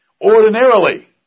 Ordinarily